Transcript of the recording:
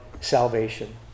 salvation